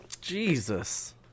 jesus